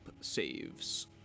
saves